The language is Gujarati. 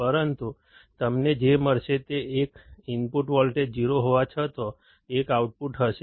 પરંતુ તમને જે મળશે તે એ છે કે ઇનપુટ વોલ્ટેજ 0 હોવા છતાં એક આઉટપુટ હશે